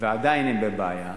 ועדיין הם בבעיה,